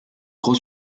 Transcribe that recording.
gros